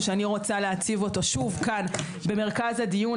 שאני רוצה להציב אותו שוב כאן במרכז הדיון,